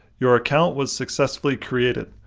your account was successfully created!